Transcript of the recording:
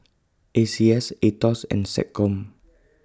A C S Aetos and Seccom